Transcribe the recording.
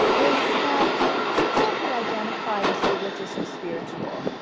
is that people who identify as religious or spiritual,